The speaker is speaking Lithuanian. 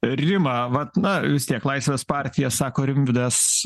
rima vat na vis tiek laisvės partija sako rimvydas